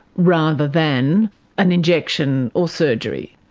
rather than an injection or surgery?